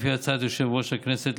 לפי הצעת יושב-ראש הכנסת,